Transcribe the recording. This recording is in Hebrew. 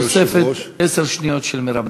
בתוספת עשר שניות של מרב מיכאלי.